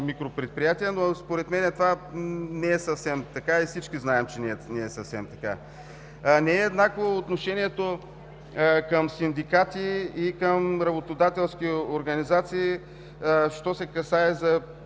микро предприятия, но според мен това не е съвсем така и всички знаем, че не е съвсем така. Не е еднакво отношението към синдикати и към работодателски организации що се касае до